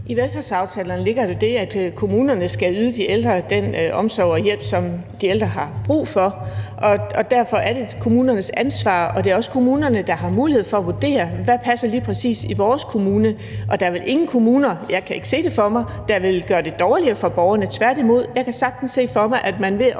I velfærdsaftalerne ligger der det, at kommunerne skal yde de ældre den omsorg og hjælp, som de ældre har brug for, og derfor er det kommunernes ansvar, og det er også kommunerne, der har mulighed for at vurdere, hvad der passer i lige præcis vores kommune. Og der er vel ingen kommuner – det kan jeg ikke se for mig – der vil gøre det dårligere for borgerne. Tværtimod kan jeg sagtens se for mig, at man ved